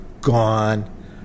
gone